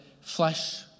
flesh